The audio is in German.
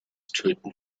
töten